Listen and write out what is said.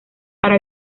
para